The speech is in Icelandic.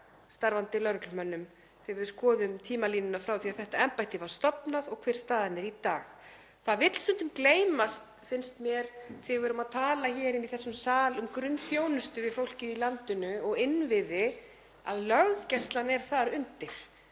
starfandi lögreglumönnum þegar við skoðum tímalínuna frá því að þetta embætti var stofnað og hver staðan er í dag. Það vill stundum gleymast, finnst mér, þegar við erum að tala hér inni í þessum sal um grunnþjónustu við fólkið í landinu og innviði að löggæslan er þar undir,